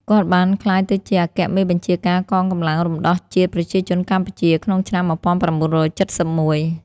គាត់បានបានក្លាយទៅជាអគ្គមេបញ្ជាការកងកម្លាំងរំដោះជាតិប្រជាជនកម្ពុជាក្នុងឆ្នាំ១៩៧១។